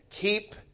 keep